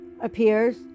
appears